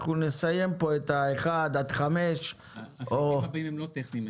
נסיים לקרוא את סעיף 1. הסעיפים הבאים הם לא טכניים.